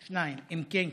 2. אם כן,